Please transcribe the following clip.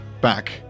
back